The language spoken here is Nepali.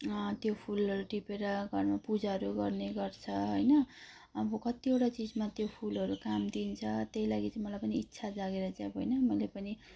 त्यो फुलहरू टिपेर घरमा पूजाहरू गर्ने गर्छ होइन अब कतिवटा चिजमा त्यो फुलहरू काम दिन्छ त्यही लागि चाहिँ मलाई पनि इच्छा जागेर चाहिँ अब होइन मैले पनि